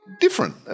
different